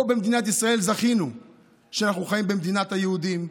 פה במדינת ישראל זכינו שאנחנו חיים במדינת היהודים.